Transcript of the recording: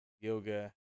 yoga